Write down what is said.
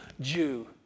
Jew